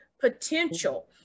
potential